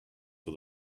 for